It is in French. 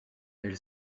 elle